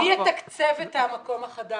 מי יתקצב את המקום החדש?